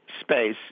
space